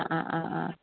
ആ ആ ആ